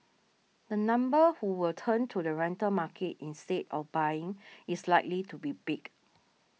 the number who will turn to the rental market instead of buying is likely to be big